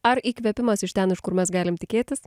ar įkvėpimas iš ten iš kur mes galim tikėtis